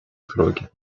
сроки